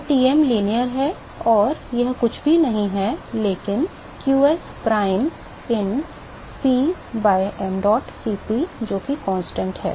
तो Tm रैखिक है और यह कुछ भी नहीं है लेकिन qs prime in P by mdot Cp जोकि स्थिरांक है